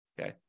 Okay